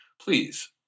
please